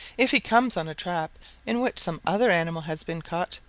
if he comes on a trap in which some other animal has been caught,